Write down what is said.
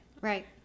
Right